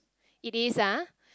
it is ah